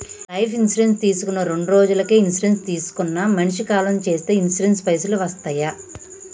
Life insurance తీసుకున్న రెండ్రోజులకి insurance తీసుకున్న మనిషి కాలం చేస్తే ఇన్సూరెన్స్ పైసల్ వస్తయా?